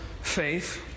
faith